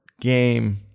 game